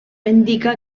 indica